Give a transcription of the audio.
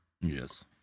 yes